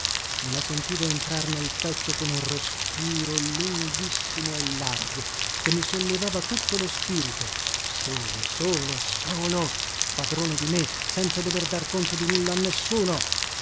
me la sentivo entrar nel petto con un respiro lunghissimo e largo che mi sollevava tutto lo spirito solo solo solo padrone di me senza dover dar conto di nulla a nessuno